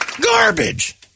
Garbage